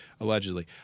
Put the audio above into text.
Allegedly